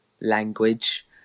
language